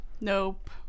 Nope